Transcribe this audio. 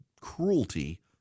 cruelty